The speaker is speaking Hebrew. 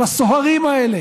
של הסוהרים האלה